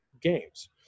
games